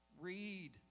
Read